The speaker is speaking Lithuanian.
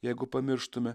jeigu pamirštume